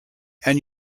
and